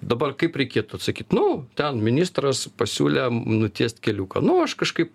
dabar kaip reikėtų atsakyt nu ten ministras pasiūlė nutiest keliuką nu aš kažkaip